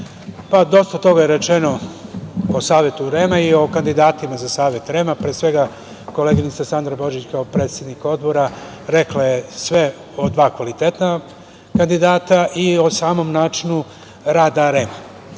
dosta toga je rečeno o Savetu REM i o kandidatima za Savet REM-a. Pre svega, koleginica Sandra Božić, kao predsednik Odbora rekla je sve o dva kvalitetna kandidata i o samom načinu rada